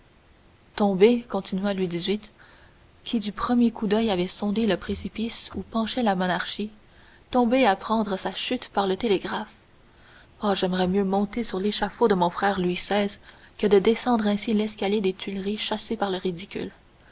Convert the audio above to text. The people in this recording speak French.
louis xviii qui du premier coup d'oeil avait sondé le précipice où penchait la monarchie tomber et apprendre sa chute par le télégraphe oh j'aimerais mieux monter sur l'échafaud de mon frère louis xvi que de descendre ainsi l'escalier des tuileries chassé par le ridicule